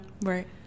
Right